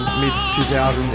mid-2000s